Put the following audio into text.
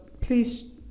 please